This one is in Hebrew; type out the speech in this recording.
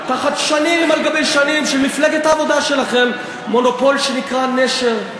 שנים על גבי שנים היה מונופול של מפלגת העבודה שלכם שנקרא "נשר",